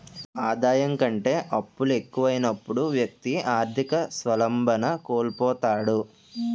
ఆదాయం కంటే అప్పులు ఎక్కువైనప్పుడు వ్యక్తి ఆర్థిక స్వావలంబన కోల్పోతాడు